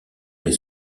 les